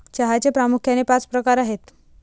चहाचे प्रामुख्याने पाच प्रकार आहेत